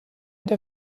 der